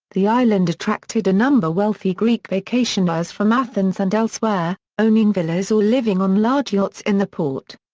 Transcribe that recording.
the island attracted a number wealthy greek vacationers from athens and elsewhere, owning villas or living on large yachts in the port.